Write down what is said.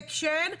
הפרוטקשן,